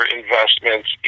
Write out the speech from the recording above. investments